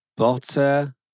Butter